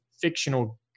fictional